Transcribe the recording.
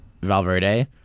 Valverde